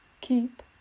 Keep